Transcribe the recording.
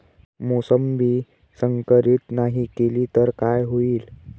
मोसंबी संकरित नाही केली तर काय होईल?